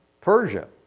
Persia